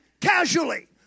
casually